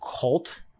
cult